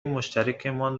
مشترکمان